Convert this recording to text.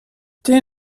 der